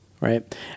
right